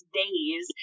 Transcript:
days